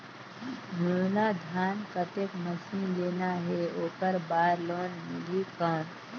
मोला धान कतेक मशीन लेना हे ओकर बार लोन मिलही कौन?